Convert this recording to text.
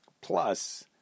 Plus